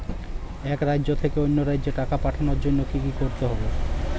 এক রাজ্য থেকে অন্য রাজ্যে টাকা পাঠানোর জন্য কী করতে হবে?